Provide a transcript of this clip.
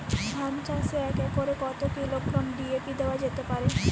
ধান চাষে এক একরে কত কিলোগ্রাম ডি.এ.পি দেওয়া যেতে পারে?